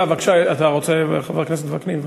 בבקשה, חבר הכנסת וקנין.